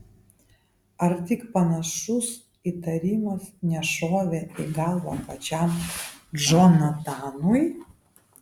ar tik panašus įtarimas nešovė į galvą pačiam džonatanui